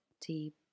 deep